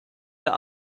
der